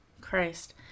Christ